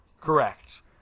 Correct